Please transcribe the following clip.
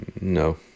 No